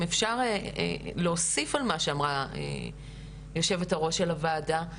אם אפשר להוסיף על מה שאמרה יושבת הראש של הוועדה,